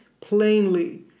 plainly